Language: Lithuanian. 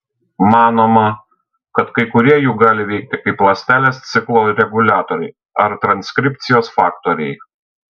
manoma kad kai kurie jų gali veikti kaip ląstelės ciklo reguliatoriai ar transkripcijos faktoriai